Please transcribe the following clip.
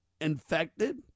infected